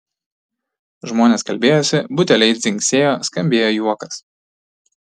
žmonės kalbėjosi buteliai dzingsėjo skambėjo juokas